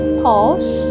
pause